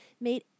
made